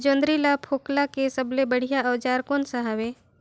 जोंदरी ला फोकला के सबले बढ़िया औजार कोन सा हवे?